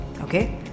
Okay